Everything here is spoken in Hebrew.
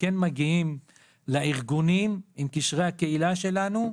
מגיעים לארגונים, עם קשרי הקהילה שלנו,